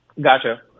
Gotcha